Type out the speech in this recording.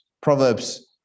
proverbs